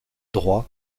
droit